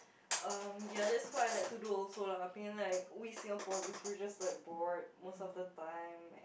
um ya that's what I like to do also lah I think like we Singaporeans we're just like bored most of the time